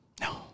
No